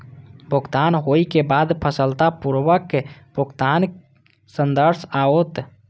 भुगतान होइ के बाद सफलतापूर्वक भुगतानक संदेश आओत